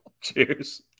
Cheers